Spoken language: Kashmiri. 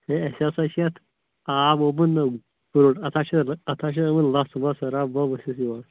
ہے اَسہِ ہَسا چھِ اَتھ آب اومُت نہ گُرُٹ اَتھ ہَہ چھِ اَتھ چھِ آمٕتۍ لژھ وژھ رب وَب ؤسِتھ یِوان